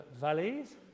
valleys